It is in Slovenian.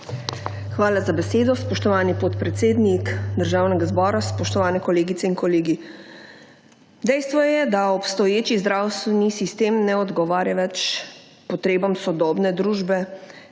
Hvala za besedo, spoštovani podpredsednik Državnega zbora. Spoštovane kolegice in kolegi. Dejstvo je, da obstoječi zdravstveni sistem ne odgovarja več potrebam sodobne družbe,